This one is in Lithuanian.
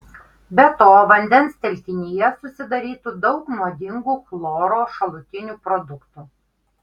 be to vandens telkinyje susidarytų daug nuodingų chloro šalutinių produktų